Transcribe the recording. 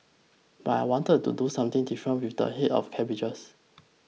but I wanted to do something different with the head of cabbages